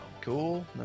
Cool